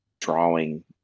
drawing